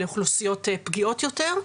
לאוכלוסיות פגיעות יותר,